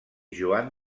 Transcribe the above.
joan